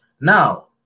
Now